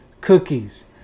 cookies